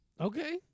Okay